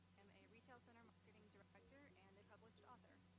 am a retail center marketing director and a published author.